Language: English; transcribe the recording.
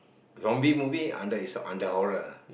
zombie movie under is a under horror